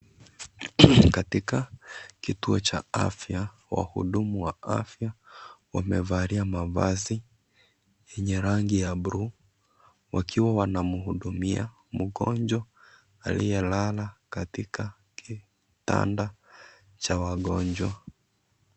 Katika kituo cha afya, wahudumu wa afya wamevalia mavazi yenye rangi ya bluu, wakiwa wanamhudumia mgonjwa aliyelala katika kitanda cha wagonjwa.